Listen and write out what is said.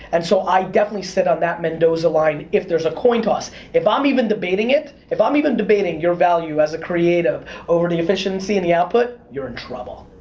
and so, i definitely sit on that mendoza line, if there's a coin toss. if i'm even debating it, if i'm even debating your value as a creative over the efficiency and the output, you're in trouble.